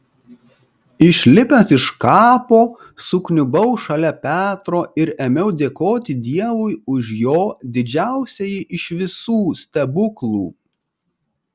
išlipęs iš kapo sukniubau šalia petro ir ėmiau dėkoti dievui už jo didžiausiąjį iš visų stebuklų